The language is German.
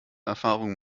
erfahrung